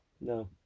No